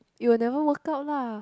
it will never work out lah